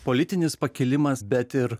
politinis pakilimas bet ir